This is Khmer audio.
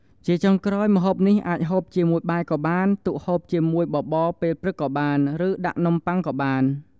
ជាចុងក្រោយម្ហូបនេះអាចហូបជាមួយបាយក៏បាន ទុកហូបជាមួយបបរពេលព្រឹកក៏បាន ឬដាក់នំបុ័ងក៏បាន។